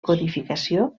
codificació